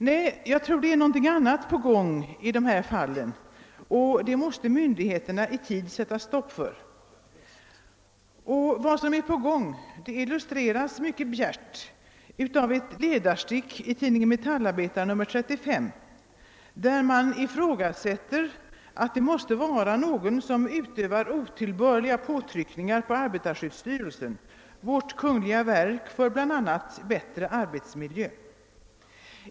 Nej, jag tror att någonting annat är på gång i dessa fall, och det måste myndigheterna i tid sätta stopp för. Vad som är på gång illustreras mycket bjärt av ett ledarstick i tidningen Metallarbetaren nr 35, där man ifrågasätter om inte någon utövar otillbörliga påtryckningar på arbetarskyddsstyrelsen, vårt kungl. verk för bl.a. bättre arbetsmiljö.